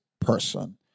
person